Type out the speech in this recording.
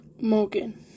Morgan